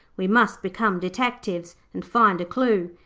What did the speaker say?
we must become detectives, and find a clue.